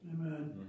Amen